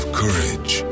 courage